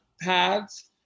pads